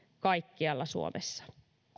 kaikkialla suomessa